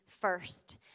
first